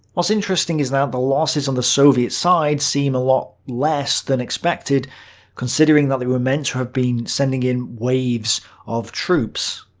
what's interesting is that the losses on the soviet side seems a lot less than expected considering and they were meant to have been sending in waves of troops.